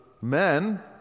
men